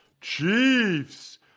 Chiefs